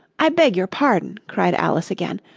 i beg your pardon cried alice again,